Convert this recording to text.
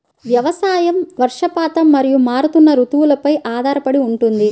వ్యవసాయం వర్షపాతం మరియు మారుతున్న రుతువులపై ఆధారపడి ఉంటుంది